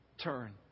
turn